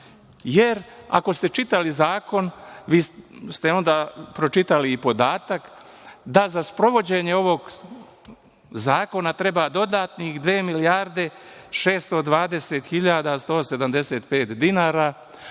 ste čitali zakon, vi ste onda pročitali i podatak da za sprovođenje ovog zakona treba dodatnih dve milijarde 620 hiljada